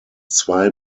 zwei